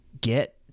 get